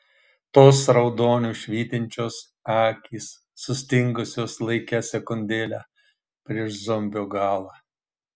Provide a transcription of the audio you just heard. tos raudoniu švytinčios akys sustingusios laike sekundėlę prieš zombio galą